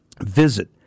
Visit